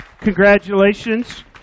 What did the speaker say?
Congratulations